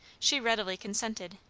she readily consented,